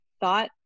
thought